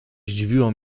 zdziwiło